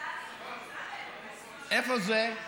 איפה זה?